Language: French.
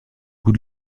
goût